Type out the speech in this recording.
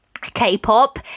k-pop